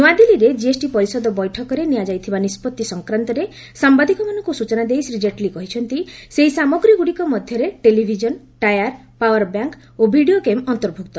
ନ୍ତଆଦିଲ୍ଲୀରେ କିଏସ୍ଟି ପରିଷଦ ବୈଠକରେ ନିଆଯାଇଥିବା ନିଷ୍ପଭି ସଂକ୍ରାନ୍ତରେ ସାମ୍ବାଦିକମାନଙ୍କୁ ସ୍ରଚନା ଦେଇ ଶ୍ରୀ ଜେଟଲୀ କହିଛନ୍ତି ସେହି ସାମଗ୍ରୀଗୁଡ଼ିକ ମଧ୍ୟରେ ଟେଲିଭିଜନ ଟାୟାର୍ ପାୱାରବ୍ୟାଙ୍କ୍ ଓ ଭିଡ଼ିଓ ଗେମ୍ ଅନ୍ତର୍ଭକ୍ତ